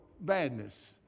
badness